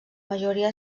majoria